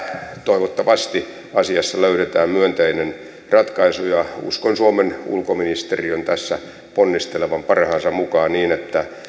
toivottavasti asiassa löydetään myönteinen ratkaisu ja uskon suomen ulkoministeriön tässä ponnistelevan parhaansa mukaan niin että